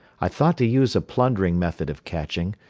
i thought to use a plundering method of catching,